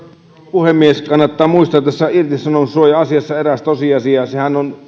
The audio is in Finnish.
puhemies kannattaa muistaa tässä irtisanomissuoja asiassa eräs tosiasia sehän on